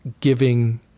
giving